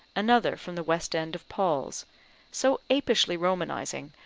another from the west end of paul's so apishly romanizing,